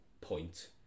point